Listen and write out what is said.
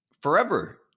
forever